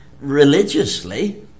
religiously